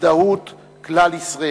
הזדהות כלל-ישראלי.